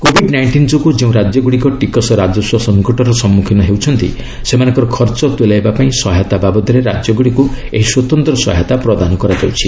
Covid nineteen ଯୋଗୁଁ ଯେଉଁ ରାଜ୍ୟଗୁଡ଼ିକ ଟିକସ ରାଜସ୍ୱ ସଂକଟର ସମ୍ମୁଖୀନ ହେଉଛନ୍ତି ସେମାନଙ୍କର ଖର୍ଚ୍ଚ ତୁଲାଇବା ପାଇଁ ସହାୟତା ବାବଦରେ ରାଜ୍ୟଗୁଡ଼ିକୁ ଏହି ସ୍ୱତନ୍ତ୍ର ସହାୟତା ପ୍ରଦାନ କରାଯାଉଛି